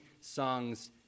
songs